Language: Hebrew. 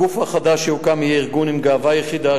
הגוף החדש שיוקם יהיה ארגון עם גאוות יחידה,